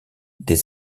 des